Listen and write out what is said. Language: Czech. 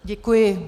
Děkuji.